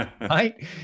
right